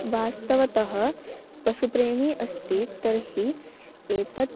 वास्तवतः पशुप्रेमी अस्ति तर्हि एतत्